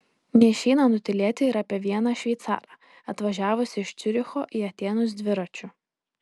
neišeina nutylėti ir apie vieną šveicarą atvažiavusį iš ciuricho į atėnus dviračiu